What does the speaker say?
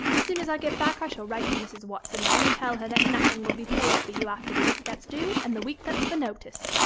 as soon as i get back i shall write to mrs. what's-her-name and tell her that nothing will be paid for you after the week that's due and the week that's for notice.